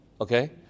okay